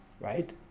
right